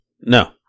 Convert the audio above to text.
no